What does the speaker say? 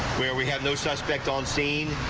where we have no suspect on scene.